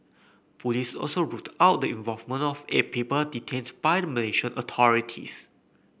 police also ruled out the involvement of eight people detains by the Malaysian authorities